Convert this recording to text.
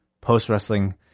post-wrestling